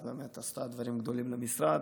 אז היא באמת עשתה דברים גדולים למשרד,